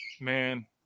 man